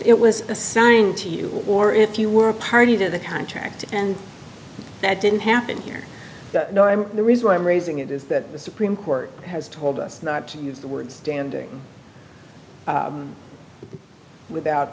it was assigned to you or if you were a party to the contract and that didn't happen here no i'm the reason why i'm raising it is that the supreme court has told us not to use the word standing without